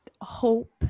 hope